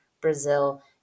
Brazil